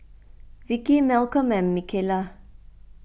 Vicki Malcom and Michaela